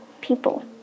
people